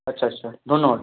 আচ্ছা আচ্ছা ধন্যবাদ